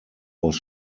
was